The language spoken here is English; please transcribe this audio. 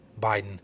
biden